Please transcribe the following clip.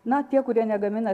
na tie kurie negamina